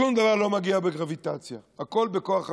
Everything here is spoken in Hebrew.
שום דבר לא מגיע בגרביטציה, הכול בכוח המשיכה.